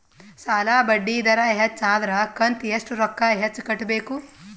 ಸಾಲಾ ಬಡ್ಡಿ ದರ ಹೆಚ್ಚ ಆದ್ರ ಕಂತ ಎಷ್ಟ ರೊಕ್ಕ ಹೆಚ್ಚ ಕಟ್ಟಬೇಕು?